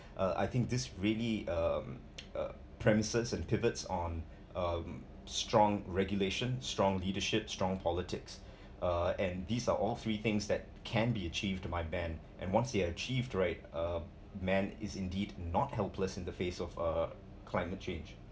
uh I think this really um uh premises and pivots on um strong regulation strong leadership strong politics uh and these are all three things that can be achieved to my band and once it achieved right uh man is indeed not helpless in the face of uh climate change